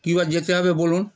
কী বার যেতে হবে বলুন